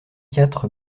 quatre